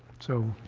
so